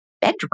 bedroom